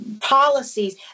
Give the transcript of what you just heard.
policies